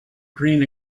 green